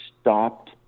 stopped